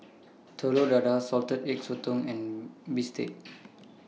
Telur Dadah Salted Egg Sotong and Bistake